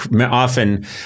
often